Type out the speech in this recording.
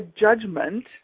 judgment